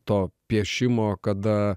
to piešimo kada